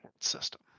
system